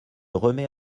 remet